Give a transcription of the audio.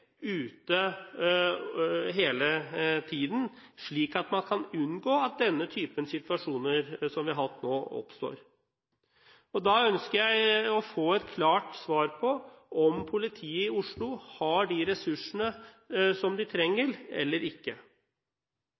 ute hele tiden, slik at man kan unngå at denne typen situasjoner som vi har hatt nå, oppstår. Da ønsker jeg å få et klart svar på om politiet i Oslo har de ressursene som de trenger, eller ikke.